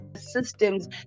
systems